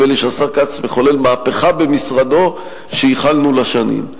נדמה לי שהשר כץ מחולל במשרדו מהפכה שייחלנו לה שנים.